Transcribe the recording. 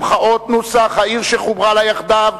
המחאות נוסח "העיר שחוברה לה יחדיו",